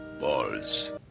balls